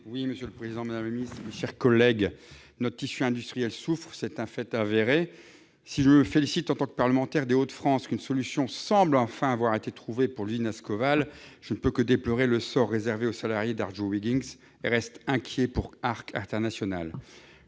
du Gouvernement. La parole est à M. Jean-Pierre Corbisez. Notre tissu industriel souffre, c'est un fait. Si je me félicite, en tant que parlementaire des Hauts-de-France, qu'une solution semble avoir été trouvée pour l'usine Ascoval, je ne peux que déplorer le sort réservé aux salariés d'Arjowiggins et je reste inquiet pour Arc International.